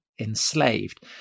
enslaved